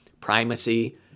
primacy